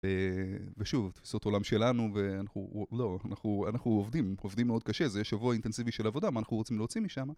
ושוב, תפיסות עולם שלנו, ואנחנו עובדים, עובדים מאוד קשה, זה שבוע אינטנסיבי של עבודה, מה אנחנו רוצים להוציא משם